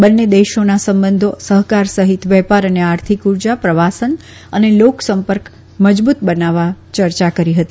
બંને દેશોના સંંબંધો સહકાર સહિત વેપાર અને આર્થિક ઉર્જા પ્રવાસન અને લોક સંપર્ક મજબુત બનાવવા પણ ચર્ચા કરી હતી